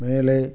மேலே